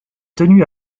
tenue